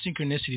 synchronicity